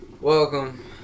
Welcome